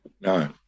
No